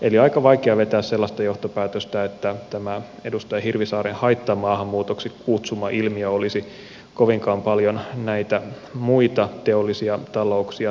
eli aika vaikea vetää sellaista johtopäätöstä että tämä edustaja hirvisaaren haittamaahanmuutoksi kutsuma ilmiö olisi kovinkaan paljon näitä muita teollisia talouksia turmellut